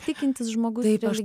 tikintis žmogus